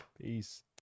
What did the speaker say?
Peace